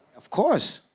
of course.